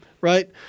Right